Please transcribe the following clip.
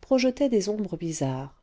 projetait des ombres bizarres